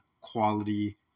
quality